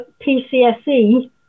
PCSE